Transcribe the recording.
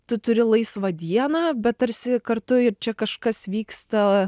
tu turi laisvą dieną bet tarsi kartu ir čia kažkas vyksta